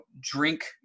drink